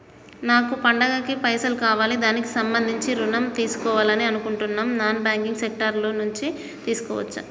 నాకు పండగ కి పైసలు కావాలి దానికి సంబంధించి ఋణం తీసుకోవాలని అనుకుంటున్నం నాన్ బ్యాంకింగ్ సెక్టార్ నుంచి తీసుకోవచ్చా?